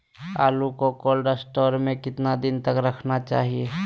आलू को cold store में कितना दिन तक रखना चाहिए?